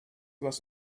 was